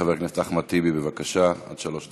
חבר הכנסת אחמד טיבי, בבקשה, עד שלוש דקות.